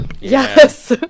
Yes